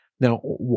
Now